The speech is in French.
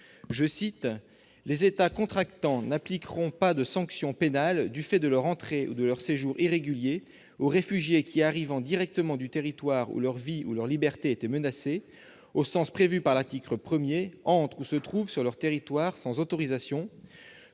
:« Les États contractants n'appliqueront pas de sanctions pénales, du fait de leur entrée ou de leur séjour irréguliers, aux réfugiés qui, arrivant directement du territoire où leur vie ou leur liberté était menacée au sens prévu par l'article premier, entrent ou se trouvent sur leur territoire sans autorisation,